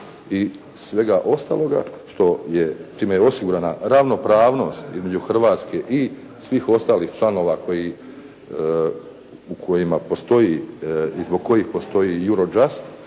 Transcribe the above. i svega ostaloga što je, čime je osigurana ravnopravnost između Hrvatske i svih ostalih članova u kojima postoji i